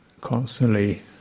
constantly